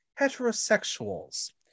Heterosexuals